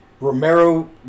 Romero